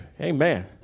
Amen